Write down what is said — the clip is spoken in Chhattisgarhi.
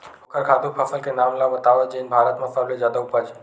ओखर खातु फसल के नाम ला बतावव जेन भारत मा सबले जादा उपज?